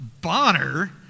Bonner